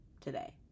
today